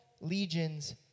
legions